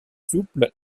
souples